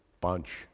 bunch